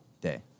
day